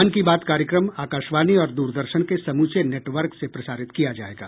मन की बात कार्यक्रम आकाशवाणी और द्रदर्शन के समूचे नेटवर्क से प्रसारित किया जाएगा